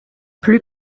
plus